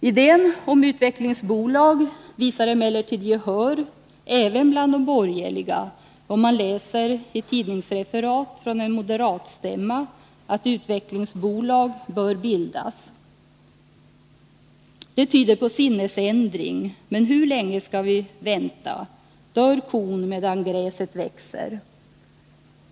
Idén om utvecklingsbolag vinner emellertid gehör även bland de borgerliga, och man läser i tidningsreferat från en moderatstämma att utvecklingsbolag bör bildas. Det tyder på sinnesändring. Men hur länge skall vi vänta? Dör kon medan gräset växer?